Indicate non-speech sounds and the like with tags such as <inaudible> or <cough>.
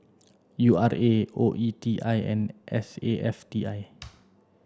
U R A O E T I and S A F T I <noise>